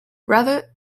rather